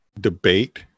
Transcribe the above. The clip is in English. debate